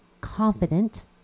confident